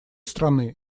стороны